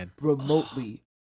remotely